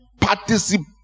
participate